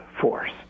force